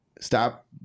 stop